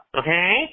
okay